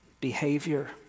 behavior